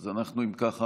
אז קודם